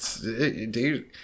Dude